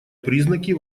признаки